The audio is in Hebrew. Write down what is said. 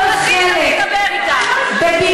כל הסגנון הזה, באמת,